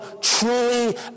truly